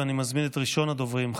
ואני מזמין את ראשון הדוברים,